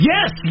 Yes